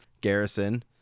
Garrison